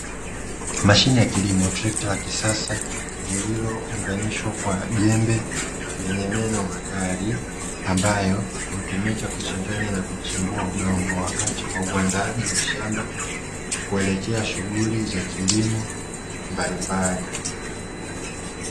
Mashine ya kilimo trekta la kisasa, lilounganishwa kwa jembe lenye meno makali. Ambayo hutumika kuchanganya na kushimbua udongo wakati wa uandaji wa shamba kuelekea shughuli za kilimo mbalimbali.